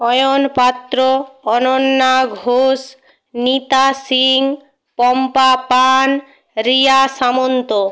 Ayan Patra Ananya Ghosh Nita Singh Pampa Pan Riya Samanta